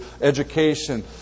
education